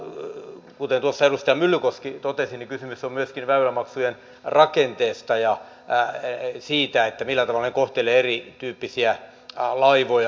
mutta kuten tuossa edustaja myllykoski totesi kysymys on myöskin väylämaksujen rakenteesta ja siitä millä tavalla ne kohtelevat erityyppisiä laivoja